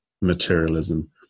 materialism